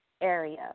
area